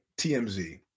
TMZ